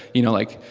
you know, like,